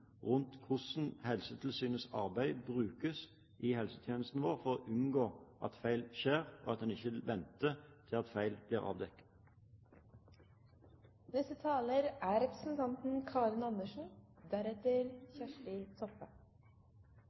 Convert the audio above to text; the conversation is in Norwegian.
hvordan Helsetilsynets arbeid brukes i helsetjenesten vår for å unngå at feil skjer, og at en ikke venter til at feil blir